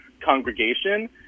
congregation